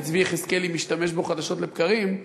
וצבי יחזקאלי משתמש בו חדשות לבקרים.